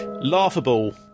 Laughable